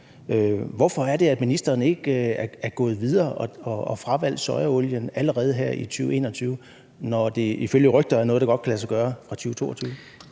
Hvorfor er det, at ministeren ikke er gået videre og har fravalgt sojaolien allerede her i 2021, når det ifølge rygter er noget, der godt kan lade sig gøre fra 2022?